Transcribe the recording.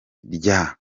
rya